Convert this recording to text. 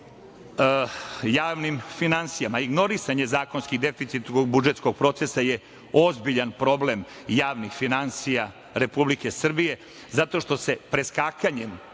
javnim finansijama. Ignorisanje zakonskih deficita ovog budžetskog procesa je ozbiljan problem javnih finansija Republike Srbije zato što se preskakanjem